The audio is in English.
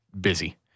busy